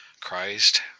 Christ